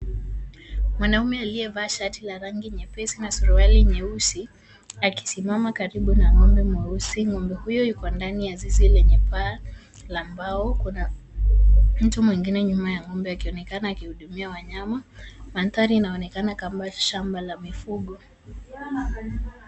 Mwanaume aliyevaa shati la rangi nyepesi na suruali nyeusi, akisimama karibu na ng'ombe mweusi. Ng'ombe huyo yuko ndani ya zizi lenye paa la mbao. Kuna mtu mwingine nyuma ya ng'ombe, akionekana akihudumia wanyama. Mandhari inaonekana kama shamba la mifugo.